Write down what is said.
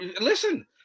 Listen